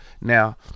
now